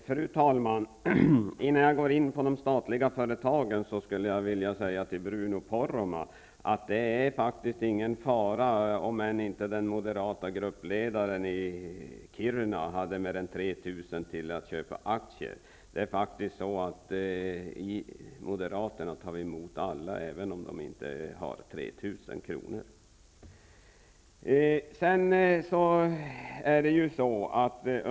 Fru talman! Innan jag går in på de statliga företagen skulle jag vilja säga till Bruno Poromaa att det inte är någon fara, även om den moderata gruppledaren i Kiruna inte har mer än 3 000 kr. att köpa aktier för. Moderaterna tar faktiskt emot alla även om de inte har 3 000 kr.